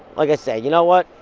like i said you know what?